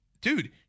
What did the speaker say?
dude